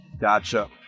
Gotcha